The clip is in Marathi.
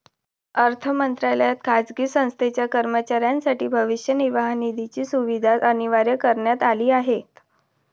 अर्थ मंत्रालयात खाजगी संस्थेच्या कर्मचाऱ्यांसाठी भविष्य निर्वाह निधीची सुविधा अनिवार्य करण्यात आली आहे